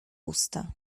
usta